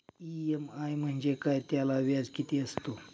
EMI म्हणजे काय? त्याला व्याज किती असतो?